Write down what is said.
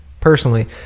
personally